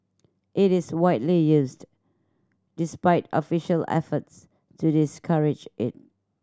it is widely used despite official efforts to discourage it